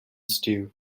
stew